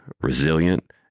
resilient